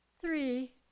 three